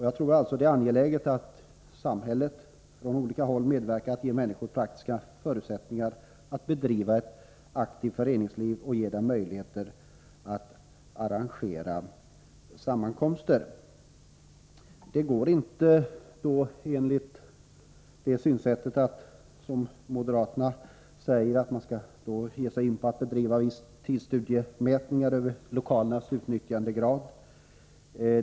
Jag tror att det är angeläget att samhället medverkar på olika håll för att ge människor praktiska förutsättningar att bedriva ett aktivt föreningsliv och ge dem möjligheter att arrangera sammankomster. Enligt detta synsätt går det inte, som moderaterna säger, att börja bedriva tidsstudiemätningar av lokalernas utnyttjandegrad.